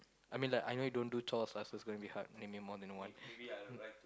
I mean like I know you don't do chores lah so it's going to be hard naming more than one